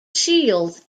shields